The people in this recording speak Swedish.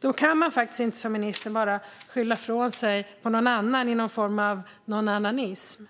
Då kan man faktiskt inte som ministern bara skylla ifrån sig på någon annan i någon form av nånannanism.